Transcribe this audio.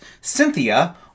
Cynthia